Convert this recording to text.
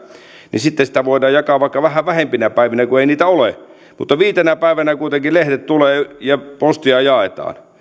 niin sitten sitä voidaan jakaa vaikka vähän vähempinä päivinä kun ei niitä ole mutta viitenä päivänä kuitenkin lehdet tulevat ja postia jaetaan